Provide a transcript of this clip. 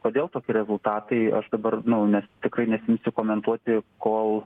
kodėl toki rezultatai aš dabar nu nes tikrai nesiimsiu komentuoti kol